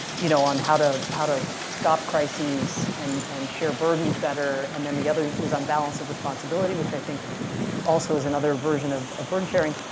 you know on how to how to stop crises and and share burdens better, and then the other was on balance of responsibility, which i think also is another version of burden-sharing.